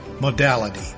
modality